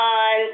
on